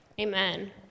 Amen